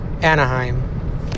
Anaheim